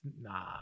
nah